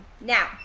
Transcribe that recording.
now